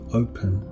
open